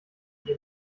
sie